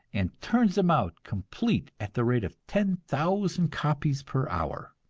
and turns them out complete at the rate of ten thousand copies per hour.